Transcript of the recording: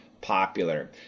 popular